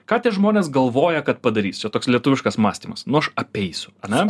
ką tie žmonės galvoja kad padarys čia toks lietuviškas mąstymas nu aš apeisiu ane